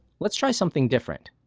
let's try something different.